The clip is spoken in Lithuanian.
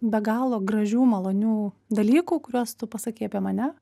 be galo gražių malonių dalykų kuriuos tu pasakei apie mane